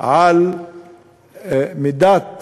על מידת